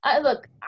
Look